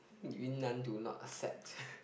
Yun Nan do not accept